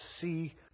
see